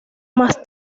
más